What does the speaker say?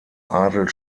adel